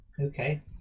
okay